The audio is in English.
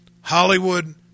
Hollywood